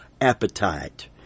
appetite